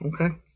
Okay